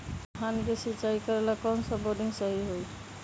धान के सिचाई करे ला कौन सा बोर्डिंग सही होई?